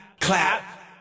Clap